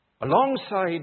Alongside